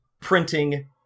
printing